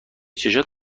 چشات